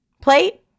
plate